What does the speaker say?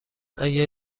اگه